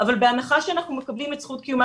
אבל בהנחה שאנחנו מקבלים את זכות קיומה